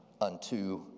unto